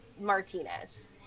Martinez